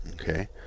Okay